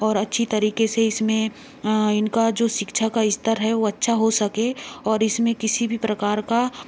और अच्छी तरीके से इसमें इनका जो शिक्षा का स्तर है वो अच्छा हो सके और इसमें किसी भी प्रकार का